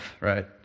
right